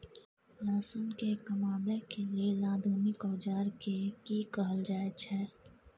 लहसुन के कमाबै के लेल आधुनिक औजार के कि कहल जाय छै?